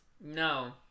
No